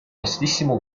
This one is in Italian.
vastissimo